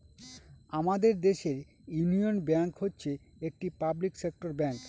আমাদের দেশের union bank হচ্ছে একটি পাবলিক সেক্টর ব্যাঙ্ক